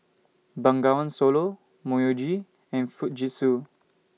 Bengawan Solo Myojo and Fujitsu